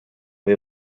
või